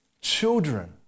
children